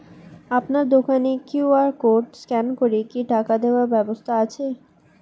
আপনার দোকানে QR code scan করে কি টাকা দেওয়ার ব্যবস্থা আছে?